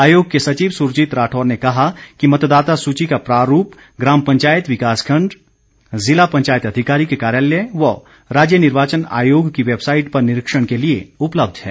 आयोग के सचिव सुरजीत राठौर ने कहा कि मतदाता सूची का प्रारूप ग्राम पंचायत विकास खंड जिला पंचायत अधिकारी के कार्यालय व राज्य निर्वाचन आयोग की वैबसाईट पर निरीक्षण के लिए उपलब्ध है